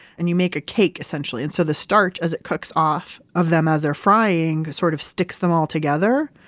and you make a cake essentially. and so the starch as it cooks off of them as they're frying sort of sticks them all together.